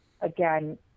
again